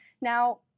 Now